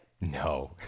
No